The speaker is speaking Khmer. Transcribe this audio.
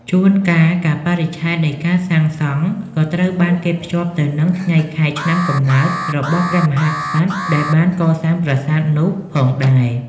ជួនកាលកាលបរិច្ឆេទនៃការសាងសង់ក៏ត្រូវបានគេភ្ជាប់ទៅនឹងថ្ងៃខែឆ្នាំកំណើតរបស់ព្រះមហាក្សត្រដែលបានកសាងប្រាសាទនោះផងដែរ។